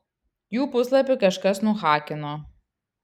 jų puslapį kažkas nuhakino